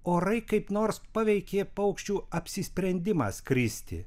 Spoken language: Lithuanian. orai kaip nors paveikė paukščių apsisprendimą skristi